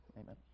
Amen